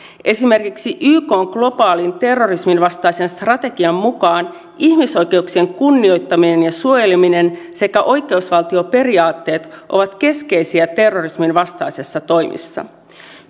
esimerkiksi ykn globaalin terrorisminvastaisen strategian mukaan ihmisoikeuksien kunnioittaminen ja suojeleminen sekä oikeusvaltioperiaatteet ovat keskeisiä terrorisminvastaisissa toimissa